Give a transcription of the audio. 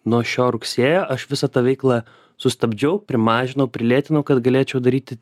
nuo šio rugsėjo aš visą tą veiklą sustabdžiau primažinau prilėtinau kad galėčiau daryti